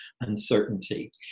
uncertainty